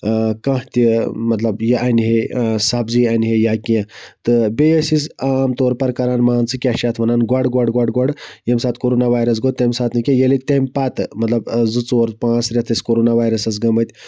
اۭں کانہہ تہِ یہِ اَنہِ ہے سَبزی اَنہِ ہے یا کیٚنہہ تہٕ بیٚیہِ ٲسۍ أسۍ عام طور پَر کران مان ژٕ کیاہ چھِ یَتھ وَنان گۄڈٕ گوڈٕ گوڈٕ ییٚمہِ ساتہٕ کَرونا وایرَس گوٚو تَمہِ ساتہٕ نہٕ کیٚنہہ ییٚلہِ تَمہِ پَتہٕ زٕ ژور پانژٛھ رٮ۪تھ ٲسۍ کَرونا وایرَسَس گٔمٕتۍ